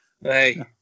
Hey